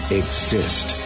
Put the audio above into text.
exist